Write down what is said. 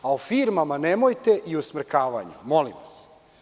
O firmama nemojte i o smrkavanju, molim vas.